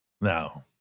No